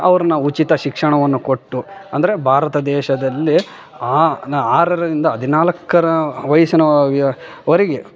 ಅವ್ರನ್ನ ಉಚಿತ ಶಿಕ್ಷಣವನ್ನು ಕೊಟ್ಟು ಅಂದರೆ ಭಾರತ ದೇಶದಲ್ಲಿ ಆರರಿಂದ ಹದಿನಾಲ್ಕರ ವಯಸ್ಸಿನ ವರೆಗೆ